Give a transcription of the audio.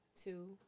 two